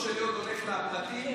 אתם לא נותנים לעובדות לבלבל אתכם.